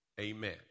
amen